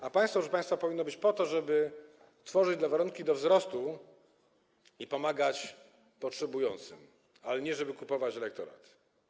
A państwo, proszę państwa, powinno być po to, żeby tworzyć warunki do wzrostu i pomagać potrzebującym, ale nie po to, żeby kupować elektorat.